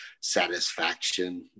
satisfaction